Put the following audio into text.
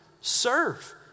Serve